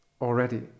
already